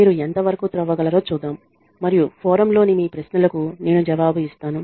మీరు ఎంతవరకు త్రవ్వగలరో చూద్దాం మరియు ఫోరమ్లోని మీ ప్రశ్నలకు నేను జవాబు ఇస్తాను